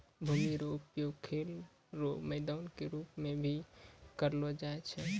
भूमि रो उपयोग खेल रो मैदान के रूप मे भी करलो जाय छै